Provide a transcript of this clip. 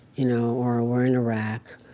you know or ah we're in iraq.